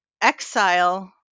exile